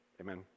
Amen